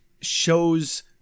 shows